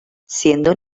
siendo